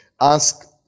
ask